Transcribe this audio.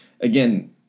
again